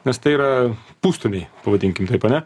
nes tai yra pustoniai pavadinkim taip ane